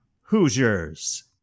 hoosiers